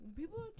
people